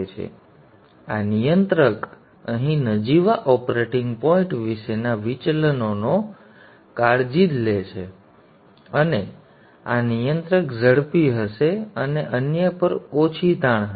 તેથી આ નિયંત્રક અહીં નજીવા ઓપરેટિંગ પોઇન્ટ વિશેના વિચલનોની જ કાળજી લે છે અને તેથી આ નિયંત્રક ઝડપી હશે અને અન્ય પર ઓછી તાણ હશે